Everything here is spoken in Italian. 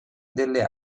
delle